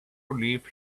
leave